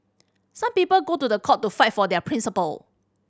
some people go to the court to fight for their principle